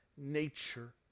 nature